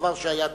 מהדבר שהיה קודם.